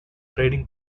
trading